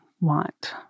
want